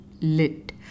Lit